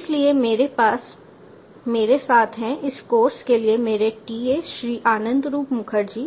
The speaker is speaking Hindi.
इसलिए मेरे पास मेरे साथ हैं इस कोर्स के लिए मेरे TA श्री आनंदरूप मुखर्जी